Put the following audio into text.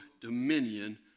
dominion